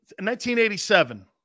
1987